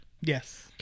Yes